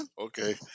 Okay